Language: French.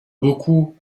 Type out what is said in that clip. beaucoup